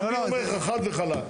אני אומר לך חד וחלק,